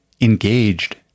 engaged